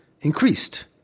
increased